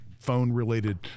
phone-related